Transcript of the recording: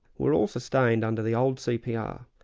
were all sustained under the old cpr.